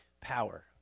power